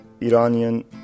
Iranian